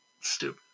Stupid